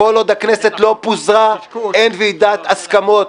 -- כל עוד הכנסת לא פוזרה אין ועידת הסכמות.